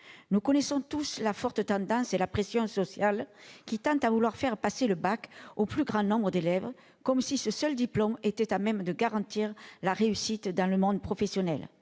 Nous connaissons tous la pression sociale qui tend à faire passer le baccalauréat au plus grand nombre d'élèves, comme si ce seul diplôme était à même de garantir la réussite dans le monde professionnel.